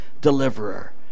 deliverer